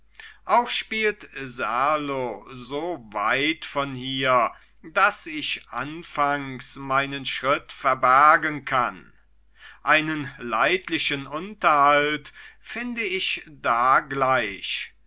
auch spielt serlo so weit von hier daß ich anfangs meinen schritt verbergen kann einen leidlichen unterhalt finde ich da gleich